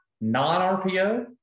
non-rpo